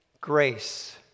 grace